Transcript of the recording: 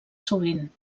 sovint